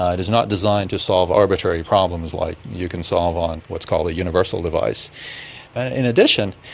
it is not designed to solve arbitrary problems like you can solve on what's called a universal device. and in addition,